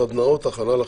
סדנאות הכנה לחיים.